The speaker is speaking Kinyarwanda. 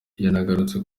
yanagarutse